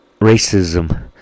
racism